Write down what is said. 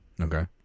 Okay